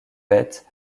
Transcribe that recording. beth